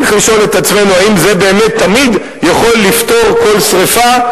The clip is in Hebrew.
צריכים לשאול את עצמנו אם זה באמת תמיד יכול לפתור כל שרפה.